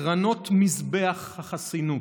קרנות מזבח החסינות,